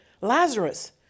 Lazarus